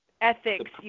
ethics